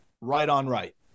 right-on-right